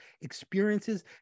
experiences